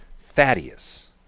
Thaddeus